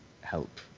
help